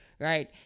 right